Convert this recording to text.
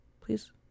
Please